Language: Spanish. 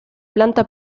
planta